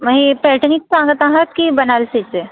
मग ही पैठणीचं सांगत आहात की बनारसीचे